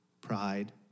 Pride